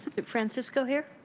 francisco here?